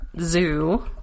zoo